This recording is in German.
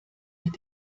mit